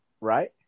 right